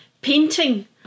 painting